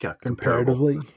Comparatively